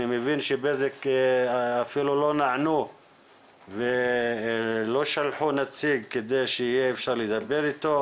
אני מבין שבזק אפילו לא נענו ולא שלחו נציג כדי שיהיה אפשר לדבר איתו,